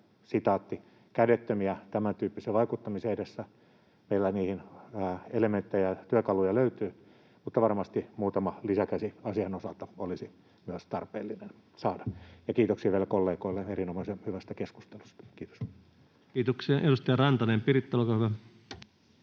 emme ole ”kädettömiä” tämäntyyppisen vaikuttamisen edessä. Meillä niihin elementtejä ja työkaluja löytyy, mutta varmasti myös muutama lisäkäsi asian osalta olisi tarpeellinen saada. Kiitoksia vielä kollegoille erinomaisen hyvästä keskustelusta. — Kiitos. Kiitoksia. — Edustaja Rantanen, Piritta, olkaa hyvä.